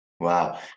Wow